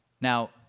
Now